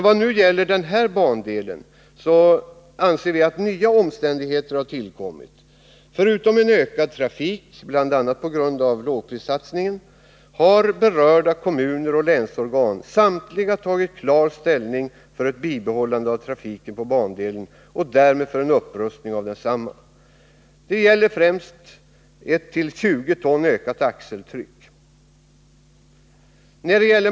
Vad gäller denna bandel har nya omständigheter tillkommit: Förutom att trafiken har ökat, bl.a. på grund av lågprissatsningen, har samtliga berörda kommuner och länsorgan tagit klar ställning för ett bibehållande av trafiken på bandelen och därmed för en upprustning av densamma. Det gäller främst ett till 20 ton ökat axeltryck.